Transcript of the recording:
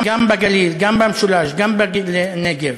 גם בגליל, גם במשולש, גם בנגב,